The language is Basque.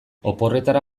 oporretara